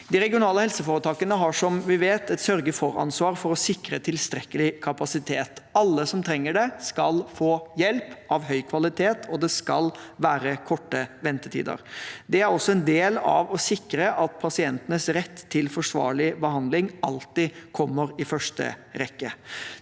De regionale helseforetakene har, som vi vet, et sørge-for-ansvar for å sikre tilstrekkelig kapasitet. Alle som trenger det, skal få hjelp av høy kvalitet, og det skal være korte ventetider. Det er også en del av å sikre at pasientenes rett til forsvarlig behandling alltid kommer i første rekke.